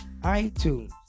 iTunes